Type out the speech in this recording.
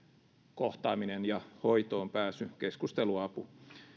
kohtaaminen hoitoonpääsy keskusteluapu